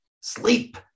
sleep